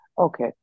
Okay